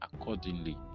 accordingly